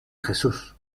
jesús